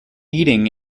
eating